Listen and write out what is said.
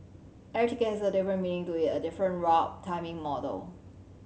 every ticket has a different meaning to it a different route timing model